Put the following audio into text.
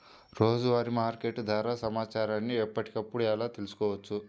రోజువారీ మార్కెట్ ధర సమాచారాన్ని ఎప్పటికప్పుడు ఎలా తెలుసుకోవచ్చు?